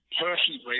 personally